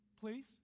please